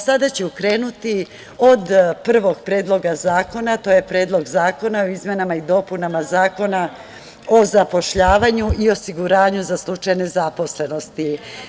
Sada ću krenuti od prvog Predloga zakona, to je Predlog zakona o izmenama i dopunama Zakona o zapošljavanju i osiguranju za slučaj nezaposlenosti.